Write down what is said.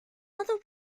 other